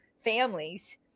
families